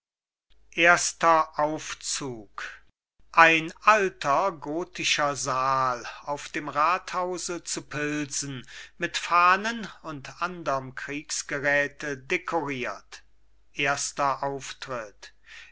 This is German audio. erster aufzug ein alter gotischer saal auf dem rathause zu pilsen mit fahnen und anderm kriegsgeräte dekoriert erster auftritt